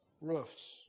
roofs